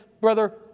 Brother